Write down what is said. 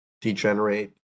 degenerate